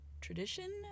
tradition